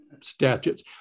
statutes